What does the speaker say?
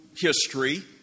history